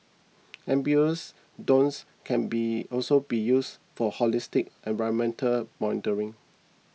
amphibious drones can be also be used for holistic environmental monitoring